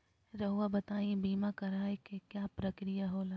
रहुआ बताइं बीमा कराए के क्या प्रक्रिया होला?